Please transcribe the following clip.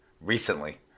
recently